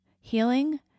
healing